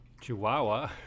chihuahua